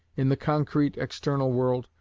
in the concrete external world,